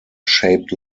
shaped